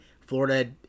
Florida